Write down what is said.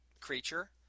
creature